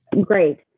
great